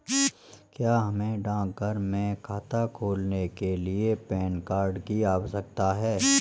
क्या हमें डाकघर में खाता खोलने के लिए पैन कार्ड की आवश्यकता है?